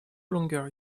longer